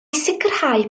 sicrhau